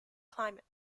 climate